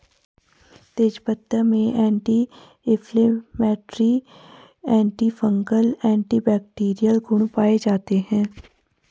तेजपत्ता में anti inflammatory, antifungal, antibacterial गुण पाये जाते है